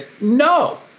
No